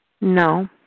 No